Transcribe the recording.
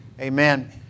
Amen